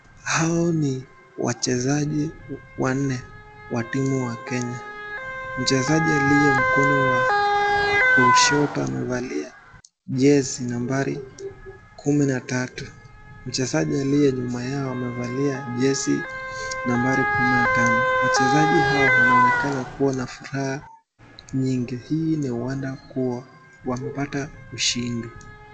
Hao ni wachezaji wanne wa timu ya Kenya. Mchezaji aliye upande wa kushoto amevalia jezi nambari kumi na tatu. Mchezaji aliye nyuma yao amevalia jezi nambari kumi na tano. Wachezaji hao wanaonekana kuwa na furaha nyingi hii ni huenda kuwa wamepata ushindi.